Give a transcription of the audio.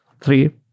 three